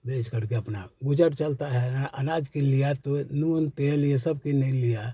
बेच कर के अपना गुज़र चलता है अनाज के लिए या तो नून तेल यह सब के ही लिया